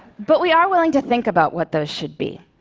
but we are willing to think about what those should be.